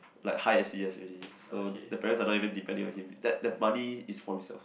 like high s_e_s already so the parents are not depending on him that that money is for himself